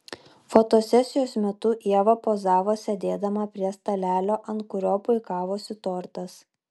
fotosesijos metu ieva pozavo sėdėdama prie stalelio ant kurio puikavosi tortas